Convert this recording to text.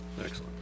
excellent